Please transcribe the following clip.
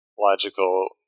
logical